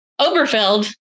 Oberfeld